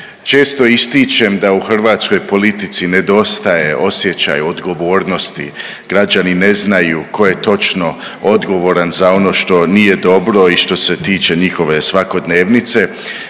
Često ističem da u hrvatskoj politici nedostaje osjećaj odgovornosti. Građani ne znaju tko je točno odgovoran za ono što nije dobro i što se tiče njihove svakodnevnice.